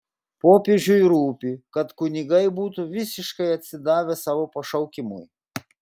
popiežiui rūpi kad kunigai būtų visiškai atsidavę savo pašaukimui